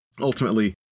Ultimately